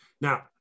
now